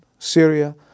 Syria